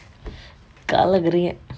கலக்குறிங்க:kalakuringa